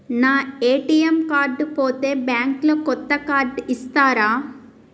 నా ATM card పోతే bank లో కొత్త కార్డు ఇస్తరా?